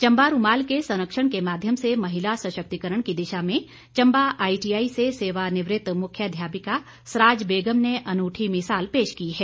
चंबा रूमाल के संरक्षण के माध्यम से महिला सशक्तिकरण की दिशा में चंबा आईटीआई से सेवानिवृत मुख्याध्यापिका सराज बेगम ने अनूठी मिसाल पेश की है